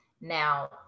Now